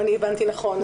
אם הבנתי נכון.